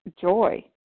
joy